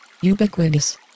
Ubiquitous